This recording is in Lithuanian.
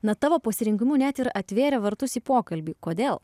na tavo pasirinkimu net ir atvėrė vartus į pokalbį kodėl